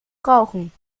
brauchen